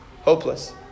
hopeless